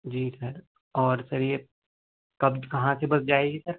جی sir اور sir یہ کب کہاں سے بس جائے گی سر